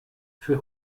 für